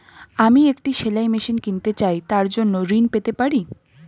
আমি একটি সেলাই মেশিন কিনতে চাই তার জন্য ঋণ পেতে পারি?